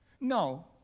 No